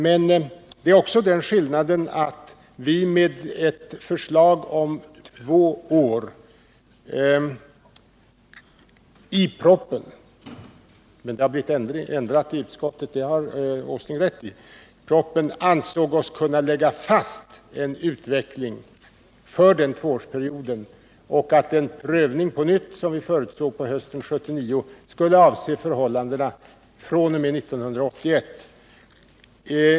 Men det är också den skillnaden att vi med förslaget i propositionen om två år — det har blivit ändrat i utskottet, det har herr Åsling rätt i — ansåg oss kunna lägga fast en utveckling för denna tvåårsperiod och att den prövning som vi förutsåg på nytt till hösten 1979 skulle avse förhållanden fr.o.m. 1981.